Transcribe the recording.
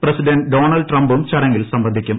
president Donald ട്രംപും ചടങ്ങിൽ സംബന്ധിക്കും